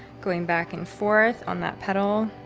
going back and forth on that petal.